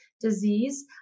disease